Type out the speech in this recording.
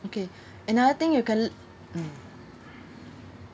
okay another thing you can mm